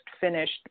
finished